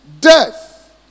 Death